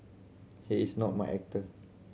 he is not my actor